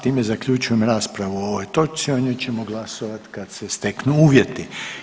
Time zaključujem raspravu o ovoj točci, o njoj ćemo glasovati kad se steknu uvjeti.